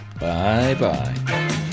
Bye-bye